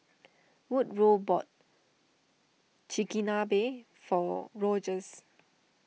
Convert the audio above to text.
Woodrow bought Chigenabe for Rogers